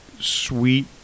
sweet